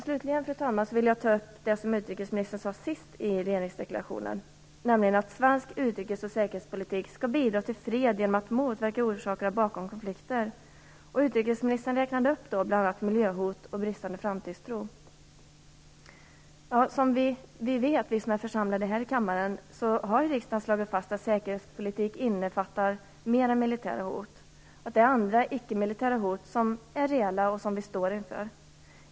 Slutligen, fru talman, vill jag ta upp det som utrikesministern sade sist i regeringsdeklarationen. Hon sade att svensk utrikes och säkerhetspolitik skall bidra till fred genom att komma till rätta med konflikters bakomliggande orsaker. Utrikesministern räknade bl.a. upp miljöhot och bristande framtidstro. Vi som är församlade här i kammaren vet att riksdagen har slagit fast att säkerhetspolitik innefattar mer än militära hot. Vi står inför andra reella icke-militära hot.